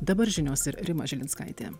dabar žinios ir rima žilinskaitė